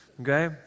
okay